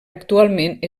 actualment